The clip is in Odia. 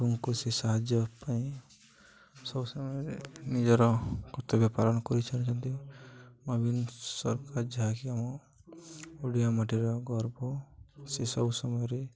ଲୋକଙ୍କୁ ସେ ସାହାଯ୍ୟ ପାଇଁ ସବୁ ସମୟରେ ନିଜର କର୍ତ୍ତବ୍ୟ ପାଳନ କରି ଚାଲୁଛନ୍ତି ନବୀନ ସରକାର ଯାହାକି ଆମ ଓଡ଼ିଆ ମାଟିର ଗର୍ବ ସେ ସବୁ ସମୟରେ